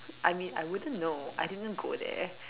I mean I wouldn't know I didn't go there